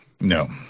no